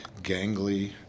gangly